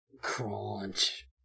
Crunch